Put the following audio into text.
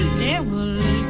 devil